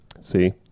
See